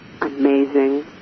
Amazing